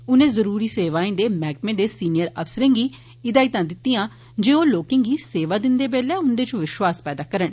उनें जरूरी सेवाएं दे मैहकर्मे दे सिनियर अफसर्रे गी हिदायतां दितियां जे ओ लोकेंगी सेवा दिन्दे बेल्ले उन्दे इच वियवास पैदा करन